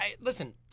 Listen